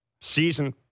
season